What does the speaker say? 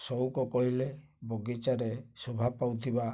ସଉକ କହିଲେ ବଗିଚାରେ ଶୋଭା ପାଉଥିବା